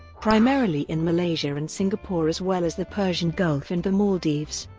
primarily in malaysia and singapore as well as the persian gulf and the maldives.